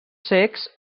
cecs